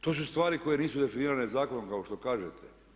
To su stvari koje nisu definirane zakonom kao što kažete.